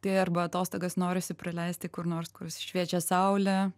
tai arba atostogas norisi praleisti kur nors kur šviečia saulė